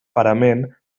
parament